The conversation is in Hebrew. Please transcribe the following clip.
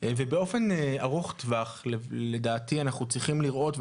ובאופן ארוך טווח לדעתי אנחנו צריכים לראות,